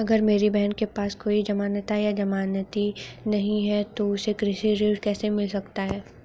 अगर मेरी बहन के पास कोई जमानत या जमानती नहीं है तो उसे कृषि ऋण कैसे मिल सकता है?